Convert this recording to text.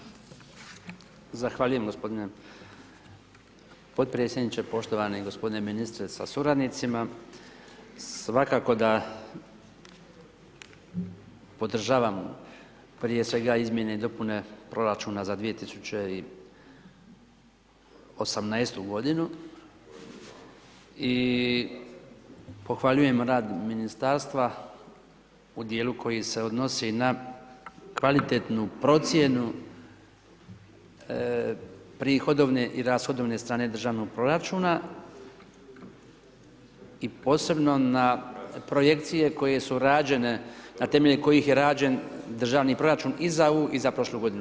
Zahvaljujem g. potpredsjedniče, poštovani g. ministre sa suradnicima, svakako da podržavam prije svega izmjene i dopune proračuna za 2018. g. i pohvaljujemo rad ministarstva u dijelu koji se odnosi na kvalitetnu procjenu prihodovne i rashodovne strane Državnog proračuna i posebno na projekcije koje su rađene na temelju kojih je rađen Državni proračun i za ovu i za prošlu godinu.